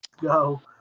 go